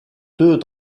deux